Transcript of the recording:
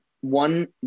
One